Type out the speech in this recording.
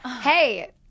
Hey